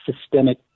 systemic